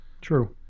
true